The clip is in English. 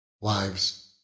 Wives